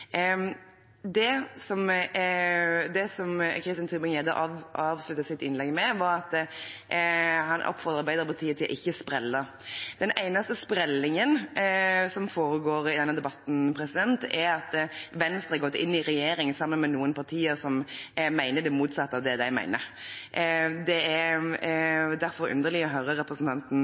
Det eneste sprellet som foregår i denne debatten, er at Venstre har gått inn i regjering sammen med noen partier som mener det motsatte av det de mener. Det er derfor underlig å høre representanten